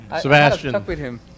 Sebastian